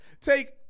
take